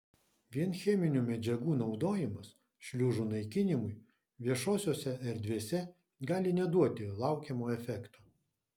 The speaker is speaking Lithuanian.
vien cheminių medžiagų naudojimas šliužų naikinimui viešosiose erdvėse gali neduoti laukiamo efekto